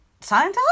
Scientology